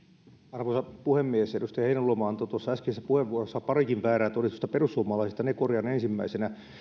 arvoisa puhemies edustaja heinäluoma antoi tuossa äskeisessä puheenvuorossaan parikin väärää todistusta perussuomalaista ne korjaan ensimmäisenä